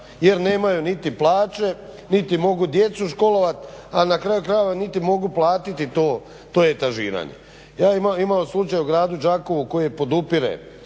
jer nemaju niti plaće niti mogu djecu školovat, a na kraju krajeva niti mogu platiti to etažiranje. Ja imam slučaj u Gradu Đakovu koji podupire